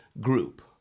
group